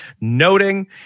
noting